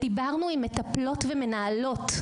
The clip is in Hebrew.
דיברנו עם מטפלות ועם מנהלות,